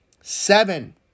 Seven